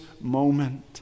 moment